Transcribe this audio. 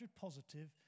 positive